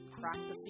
practicing